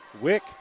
Wick